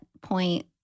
point